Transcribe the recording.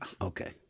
Okay